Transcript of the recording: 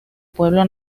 pueblo